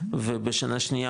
ובשנה שנייה,